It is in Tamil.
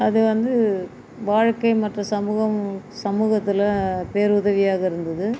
அது வந்து வாழ்கை மற்றும் சமூகம் சமூகத்தில் பேருதவியாக இருந்தது